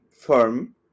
firm